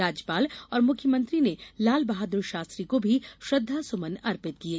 राज्यपाल और मुख्यमंत्री ने लालबहादुर शास्त्री को भी श्रद्वासुमन अर्पित किये